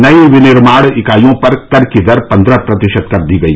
नई विनिर्माण इकाइयों पर कर की दर पन्द्रह प्रतिशत कर दी गई